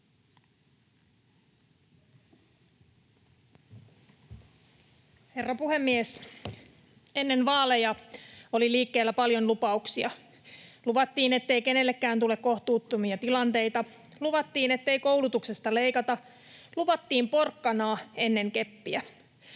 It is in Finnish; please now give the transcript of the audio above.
Herra puhemies! Ennen vaaleja oli liikkeellä paljon lupauksia. Luvattiin, ettei kenellekään tule kohtuuttomia tilanteita. Luvattiin, ettei koulutuksesta leikata. Luvattiin porkkanaa ennen keppiä.